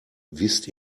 wisst